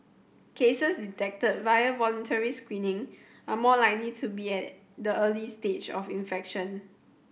cases detected via voluntary screening are more likely to be at the early stage of infection